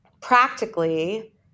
practically